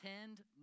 tend